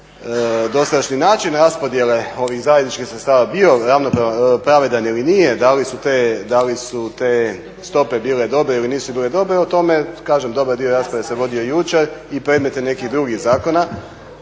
li dosadašnji način raspodjele ovih zajedničkih sredstava bio pravedan ili nije da li su te stope bile dobre ili nisu dobre kažem o tome dobar dio rasprave se vodio jučer i predmet je nekih drugih zakona